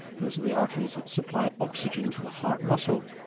those are the arteries that supply oxygen to the heart muscle.